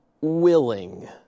willing